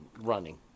running